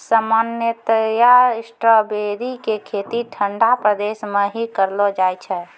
सामान्यतया स्ट्राबेरी के खेती ठंडा प्रदेश मॅ ही करलो जाय छै